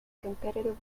competitive